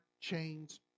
chains